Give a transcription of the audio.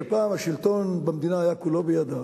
שפעם השלטון במדינה היה כולו בידה,